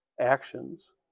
actions